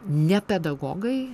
ne pedagogai